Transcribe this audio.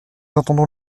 entendons